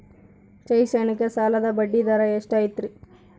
ಶೈಕ್ಷಣಿಕ ಸಾಲದ ಬಡ್ಡಿ ದರ ಎಷ್ಟು ಐತ್ರಿ?